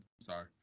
sorry